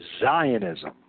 Zionism